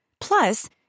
Plus